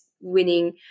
winning